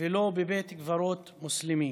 ולא בבית קברות מוסלמי".